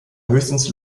höchstens